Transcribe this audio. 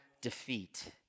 defeat